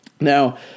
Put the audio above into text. Now